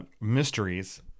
mysteries